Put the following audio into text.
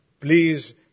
Please